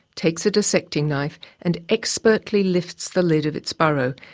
takes a dissecting knife and expertly lifts the lid of its burrow,